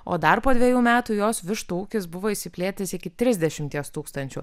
o dar po dvejų metų jos vištų ūkis buvo išsiplėtęs iki trisdešimties tūkstančių